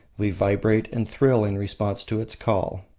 we vibrate and thrill in response to its call.